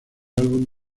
álbum